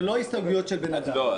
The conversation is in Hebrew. אלו לא הסתייגויות של בן אדם.